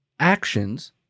actions